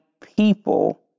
people